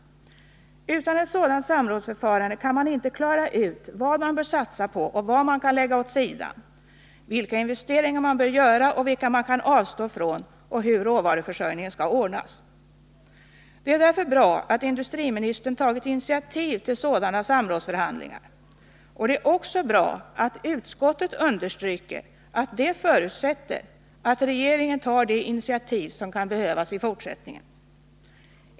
Utan ett sådant samrådsförfarande kan man inte klara ut vad man bör satsa på och vad man kan lägga åt sidan, vilka investeringar man bör göra och vilka man kan avstå från och hur råvaruförsörjningen skall ordnas. Det är därför bra att industriministern tagit initiativ till sådana samrådsförhandlingar, och det är också bra att utskottet understryker att det förutsätter att regeringen tar de initiativ som kan behövas i fortsättningen.